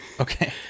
Okay